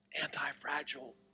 anti-fragile